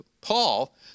Paul